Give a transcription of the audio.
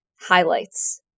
highlights